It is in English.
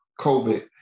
COVID